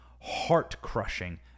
heart-crushing